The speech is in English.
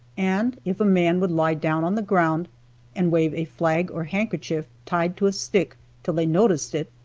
and if a man would lie down on the ground and wave a flag or handkerchief tied to a stick till they noticed it,